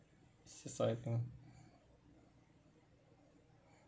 this is what I think